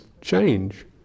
change